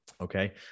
Okay